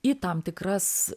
į tam tikras